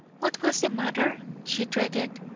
what was the matter? she dreaded,